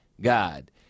God